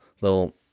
little